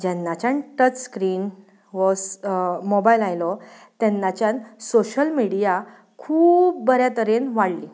जेन्नाच्यान touch screen वो स मोबायल आयलो तेन्नाच्यान सोशल मिडया खूब बऱ्या तरेन वाडली